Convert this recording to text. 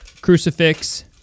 crucifix